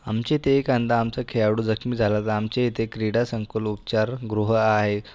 आमच्या इथे एखादा आमचा खेळाडू जखमी झाला तर आमच्या इथे क्रीडा संकुल उपचारगृह आहे